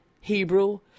Hebrew